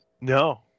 No